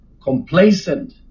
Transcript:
complacent